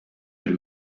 bil